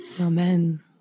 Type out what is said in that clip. Amen